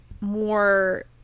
more